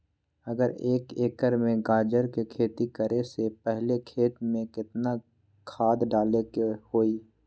अगर एक एकर में गाजर के खेती करे से पहले खेत में केतना खाद्य डाले के होई?